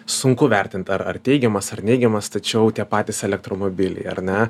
sunku vertint ar ar teigiamas ar neigiamas tačiau tie patys elektromobiliai ar ne